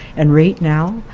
and right now